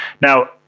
Now